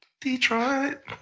Detroit